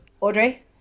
Audrey